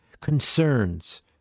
concerns